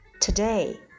today